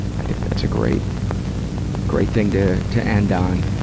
i think that's a great great thing to to end on.